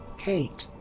kate!